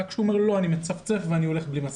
רק כשהוא אומר, לא, אני מצפצף ואני הולך בלי מסכה.